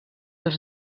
els